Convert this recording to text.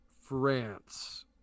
France